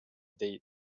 date